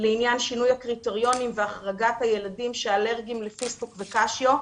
לעניין שינוי הקריטריונים והחרגת הילדים שאלרגיים לפיסטוק וקשיו.